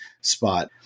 spot